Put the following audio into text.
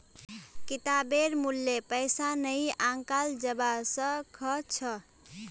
किताबेर मूल्य पैसा नइ आंकाल जबा स ख छ